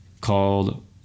called